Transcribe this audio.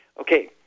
Okay